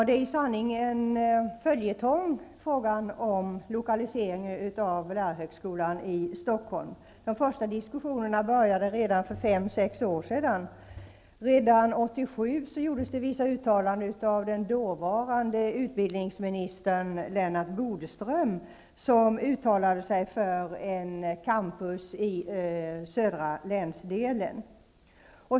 Fru talman! Frågan om lokalisering av lärarhögskolan i Stockholm är i sanning en följetong. De första diskussionerna började redan för fem sex år sedan. Redan 1987 gjordes vissa uttalanden av dåvarande utbildningsministern Lennart Bodström, som förordade ett campus i södra länsdelen.